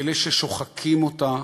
אלה ששוחקים אותה,